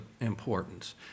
importance